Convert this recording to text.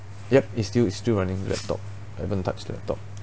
ya is still is still running laptop haven't touch the laptop